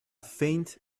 faint